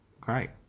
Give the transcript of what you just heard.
great